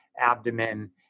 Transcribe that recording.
abdomen